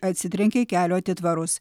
atsitrenkė į kelio atitvarus